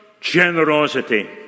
generosity